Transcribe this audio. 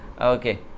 okay